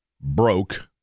broke